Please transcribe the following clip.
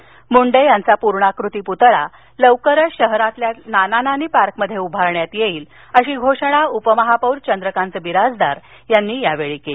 गोपीनाथ मुंडे यांचा पूर्णाकृती पुतळा लवकरच शहरातल्या नाना नानी पार्कमध्ये उभारण्यात येईल अशी घोषणा उपमहापौर चंद्रकांत बिराजदार यांनी यावेळी केली